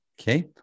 Okay